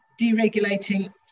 deregulating